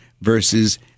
versus